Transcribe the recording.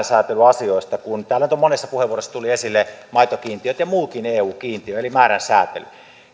sääntelyasioista kun täällä nyt monessa puheenvuorossa tulivat esille maitokiintiöt ja muutkin eu kiintiöt eli määrän sääntely